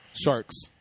sharks